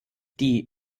die